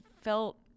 felt